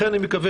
לכן אני מקווה,